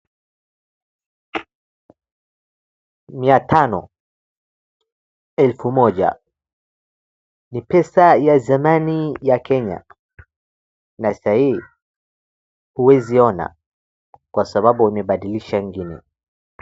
Mia tano elfu moja ni pesa ya zamani ya Kenya na sai uwezi ona kwa sababu wamebadilisha ingine.